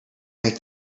make